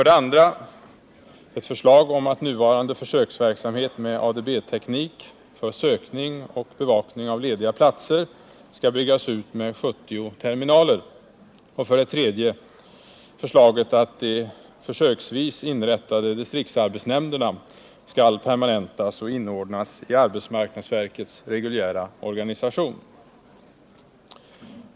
Det andra förslaget går ut på att nuvarande försöksverksamhet med ADB-teknik för sökning och bevakning av lediga platser skall byggas ut med 70 terminaler. Det tredje förslaget innebär att de försöksvis inrättade distriktsarbetsnämnderna skall permanentas och inordnas i arbetsmarknadsverkets reguljära organisation.